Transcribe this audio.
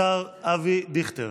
השר אבי דיכטר.